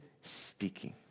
speaking